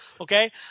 okay